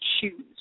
shoes